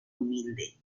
humilde